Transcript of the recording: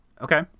Okay